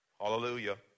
Hallelujah